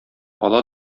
ала